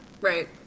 right